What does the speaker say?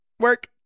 work